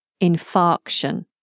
infarction